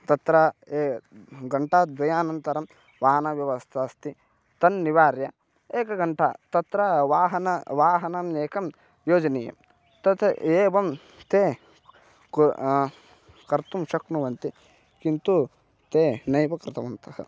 तत्र ये घण्टाद्वयानन्तरं वाहनव्यवस्था अस्ति तन्निवार्य एकगण्टा तत्र वाहनं वाहनम् एकं योजनीयं तत् एवं ते कु कर्तुं शक्नुवन्ति किन्तु ते नैव कृतवन्तः